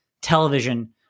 television